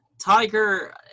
Tiger